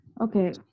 Okay